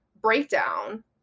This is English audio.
breakdown